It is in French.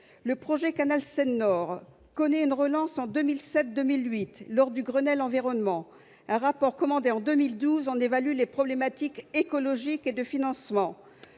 Le projet de canal Seine Nord connaît une relance en 2007-2008, lors du Grenelle de l'environnement. Un rapport, commandé en 2012, en évalue les problématiques écologiques et de financement.